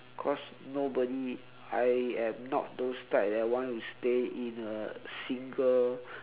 cause nobody I am not those type that want to stay in a single